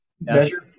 measure